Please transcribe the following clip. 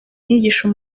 inyigisho